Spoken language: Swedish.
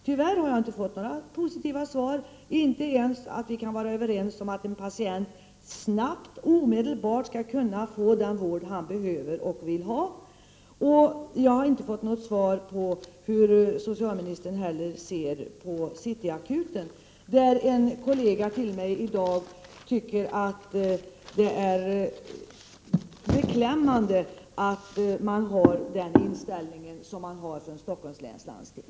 Tyvärr har jag inte fått några positiva svar, inte ens om att vi kan vara överens om att patienten omedelbart skall kunna få den vård han behöver och vill ha. Jag har inte heller fått något svar på hur socialministern ser på City Akuten, där en kollega till mig i dag tycker att det är beklämmande med den inställning som man har från Stockholms läns landsting.